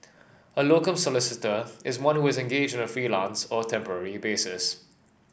a locum solicitor is one who is engaged on a freelance or temporary basis